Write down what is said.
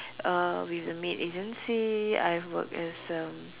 uh with a maid agency I've worked as um